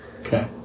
Okay